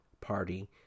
Party